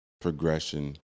progression